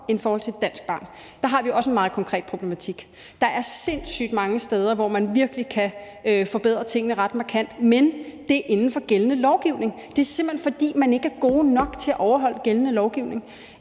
end hvis det er et dansk barn. Der har vi også en meget konkret problematik. Der er sindssygt mange steder, hvor man virkelig kan forbedre tingene ret markant, men det kan ske inden for gældende lovgivning. Det er simpelt hen, fordi man ikke er god nok til at overholde gældende lovgivning.